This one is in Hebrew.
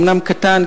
אומנם קטן,